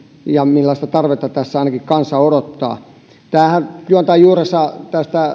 ja millaista tarvetta ainakin kansa odottaa tämähän juontaa juurensa